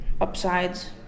upsides